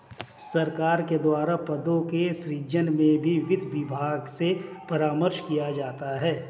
सरकार के द्वारा पदों के सृजन में भी वित्त विभाग से परामर्श किया जाता है